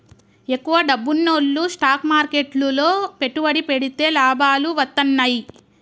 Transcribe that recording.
ఎక్కువ డబ్బున్నోల్లు స్టాక్ మార్కెట్లు లో పెట్టుబడి పెడితే లాభాలు వత్తన్నయ్యి